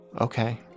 okay